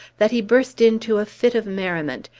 that he burst into a fit of merriment,